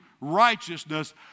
righteousness